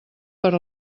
per